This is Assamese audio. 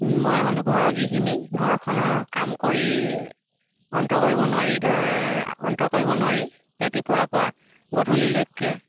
মই হ'লোঁ ঘৰৰ গৃহিণী ঘৰখনৰ কাম কৰি অন্ত কৰিব নোৱাৰি ধৰ অন্ত কৰিব নোৱাৰি ৰাতিপুৱাৰ পা গধূলিলৈকে